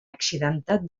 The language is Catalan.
accidentat